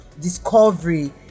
discovery